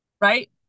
Right